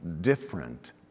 different